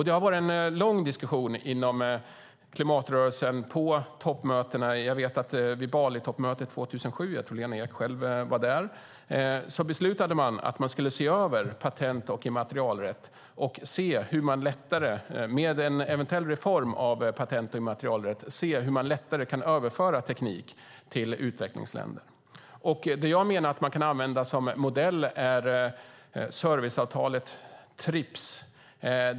Det har varit en lång diskussion inom klimatrörelsen på toppmötena. Jag vet att vid Balitoppmötet 2007 - jag tror att Lena Ek själv var där - beslutade man att se över patent och immaterialrätten och att med en eventuell reform av patent och immaterialrätt se hur man lättare kan överföra teknik till utvecklingsländer. Det jag menar att man kan använda som modell är serviceavtalet TRIPS.